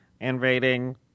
invading